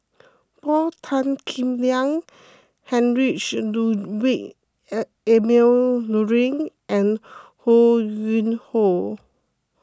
Paul Tan Kim Liang Heinrich Ludwig Emil Luering and Ho Yuen Hoe